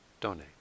donate